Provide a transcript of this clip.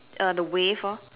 uh the wave lor